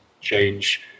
change